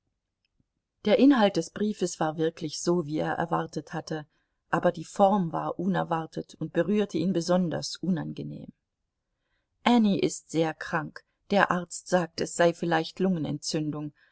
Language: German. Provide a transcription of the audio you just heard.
der inhalt des briefes war wirklich so wie er erwartet hatte aber die form war unerwartet und berührte ihn besonders unangenehm anny ist sehr krank der arzt sagt es sei vielleicht lungenentzündung